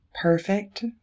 perfect